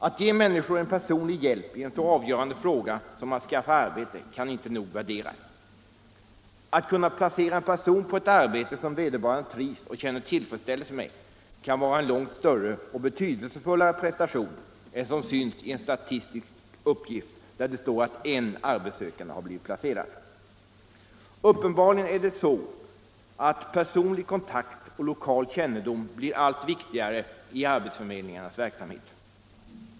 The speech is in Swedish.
Att ge människor en personlig hjälp i en så avgörande fråga som att skaffa arbete kan inte nog värderas. Att kunna placera en person på ett arbete som vederbörande trivs och känner tillfredsställelse med kan vara en långt större och betydelsefullare prestation än som syns i en statistisk uppgift, där det står att en arbetssökande har blivit placerad. Uppenbarligen blir personlig kontakt och lokal kännedom allt viktigare i arbetsförmedlingarnas verksamhet.